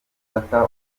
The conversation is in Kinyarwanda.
gufata